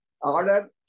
order